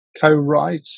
co-write